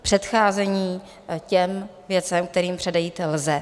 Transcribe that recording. Předcházení těm věcem, kterým předejít lze.